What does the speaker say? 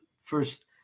first